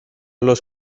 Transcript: los